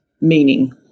meaning